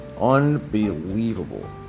Unbelievable